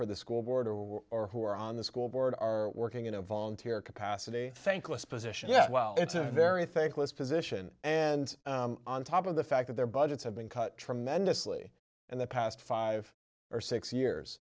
for the school board or were or who are on the school board are working in a volunteer capacity thankless position yet well it's a very thankless position and on top of the fact that their budgets have been cut tremendously in the past five or six years